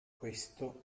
questo